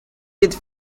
with